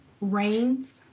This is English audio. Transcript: rains